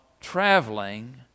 traveling